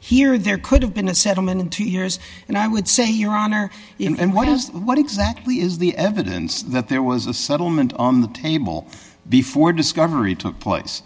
here there could have been a settlement in two years and i would say your honor and what is what exactly is the evidence that there was a settlement on the table before discovery took place